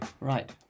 right